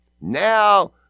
now